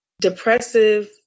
Depressive